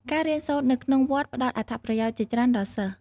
ការរៀនសូត្រនៅក្នុងវត្តផ្ដល់អត្ថប្រយោជន៍ជាច្រើនដល់សិស្ស។